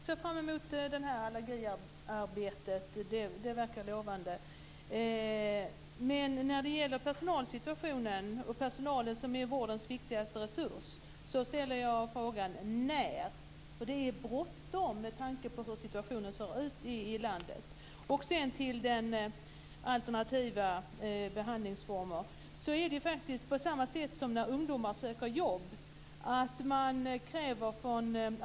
Fru talman! Jag ser fram emot allergiarbetet. Det verkar lovande. Personalen är vårdens viktigaste resurs. Och beträffande personalens situation ställer jag frågan: När? Det är bråttom med tanke på hur situationen ser ut i landet. När det gäller alternativa behandlingsformer förhåller det sig på samma sätt som när ungdomar söker jobb.